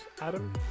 Adam